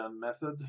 method